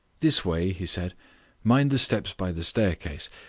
this way, he said mind the steps by the staircase.